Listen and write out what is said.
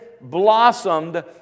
blossomed